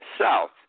south